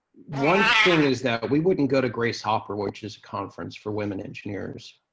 one thing is that we wouldn't go to grace hopper, which is a conference for women engineers,